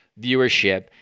viewership